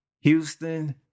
houston